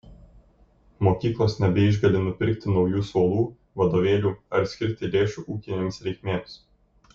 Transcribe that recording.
mokyklos nebeišgali nupirkti naujų suolų vadovėlių ar skirti lėšų ūkinėms reikmėms